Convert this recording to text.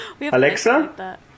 Alexa